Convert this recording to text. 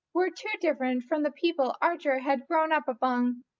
were too different from the people archer had grown up among,